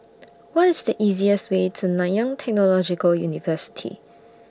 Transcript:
What IS The easiest Way to Nanyang Technological University